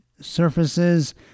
surfaces